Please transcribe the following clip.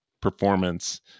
performance